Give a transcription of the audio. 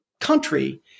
country